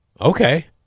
Okay